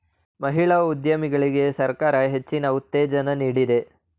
ಮಹಿಳಾ ಉದ್ಯಮಿಗಳಿಗೆ ಸರ್ಕಾರ ಹೆಚ್ಚು ಉತ್ತೇಜನ ನೀಡ್ತಿದೆ